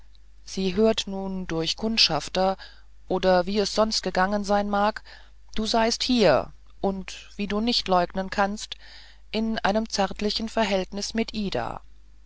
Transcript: sie hört nun durch kundschafter oder wie es sonst gegangen sein mag du seiest hier und wie du nicht leugnen kannst in einem zärtlichen verhältnis mit ida